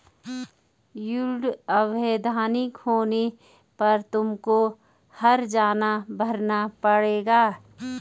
yield अवैधानिक होने पर तुमको हरजाना भरना पड़ेगा